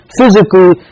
physically